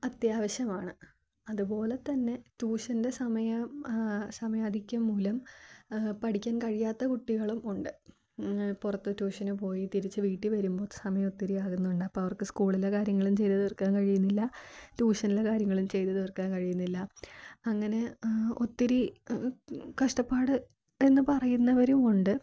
അത്യാവശ്യമാണ് അതുപോലെത്തന്നെ ട്യൂഷൻ്റെ സമയം സമയാധിക്യം മൂലം പഠിക്കാൻ കഴിയാത്ത കുട്ടികളും ഉണ്ട് പുറത്തു ട്യൂഷനു പോയി തിരിച്ചു വീട്ടിൽ വരുമ്പോൾ സമയമൊത്തിരി ആകുന്നുണ്ട് അപ്പോൾ അവർക്കു സ്കൂളിലെ കാര്യങ്ങളും ചെയ്തു തീർക്കാൻ കഴിയുന്നില്ല ട്യൂഷനിലെ കാര്യങ്ങളും ചെയ്തു തീർക്കാൻ കഴിയുന്നില്ല അങ്ങനെ ഒത്തിരി കഷ്ടപ്പാട് എന്നു പറയുന്നവരും ഉണ്ട്